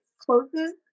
closes